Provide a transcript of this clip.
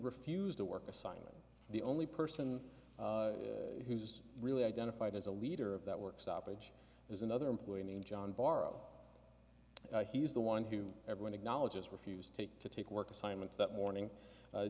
refused to work assignment the only person who's really identified as a leader of that work stoppage is another employee named john borrow he's the one who everyone acknowledges refused take to take work assignments that morning